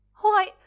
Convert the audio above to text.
Why